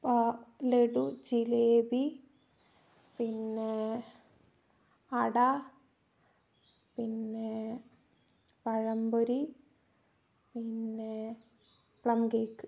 ലഡു ജിലേബി പിന്നേ അട പിന്നേ പഴംപൊരി പിന്നേ പ്ലം കേക്ക്